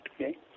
okay